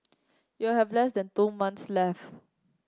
you have less than two months left